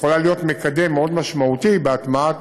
יכולה להיות מקדם מאוד משמעותי בהטמעת